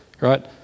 right